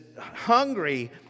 hungry